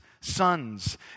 sons